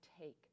take